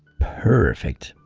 perfect!